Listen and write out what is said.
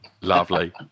Lovely